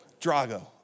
Drago